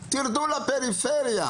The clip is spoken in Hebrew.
תרדו לפריפריה.